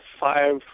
five